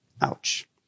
Ouch